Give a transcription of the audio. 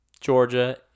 Georgia